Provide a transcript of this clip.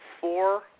Four